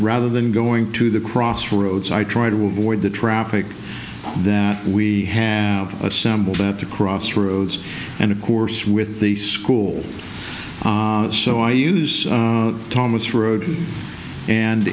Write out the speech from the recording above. rather than going to the crossroads i try to avoid the traffic that we have assembled at the crossroads and of course with the school so i use thomas road and